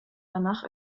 danach